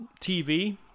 TV